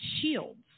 shields